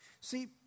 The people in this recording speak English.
See